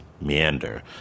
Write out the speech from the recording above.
meander